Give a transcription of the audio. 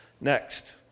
Next